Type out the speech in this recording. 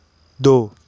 दो